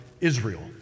Israel